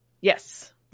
yes